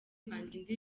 kwandika